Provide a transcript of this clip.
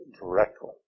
directly